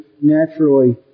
naturally